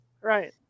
right